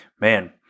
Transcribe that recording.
man